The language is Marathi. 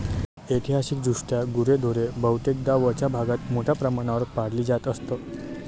ऐतिहासिकदृष्ट्या गुरेढोरे बहुतेकदा वरच्या भागात मोठ्या प्रमाणावर पाळली जात असत